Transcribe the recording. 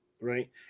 right